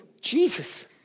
Jesus